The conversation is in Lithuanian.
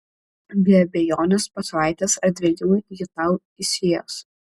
be abejonės po savaitės ar dviejų ji tau įsiės